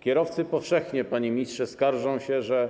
Kierowcy powszechnie, panie ministrze, skarżą się, że